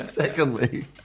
Secondly